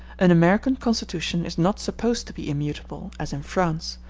an american constitution is not supposed to be immutable as in france,